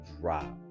drop